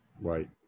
Right